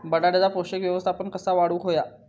बटाट्याचा पोषक व्यवस्थापन कसा वाढवुक होया?